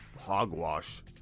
hogwash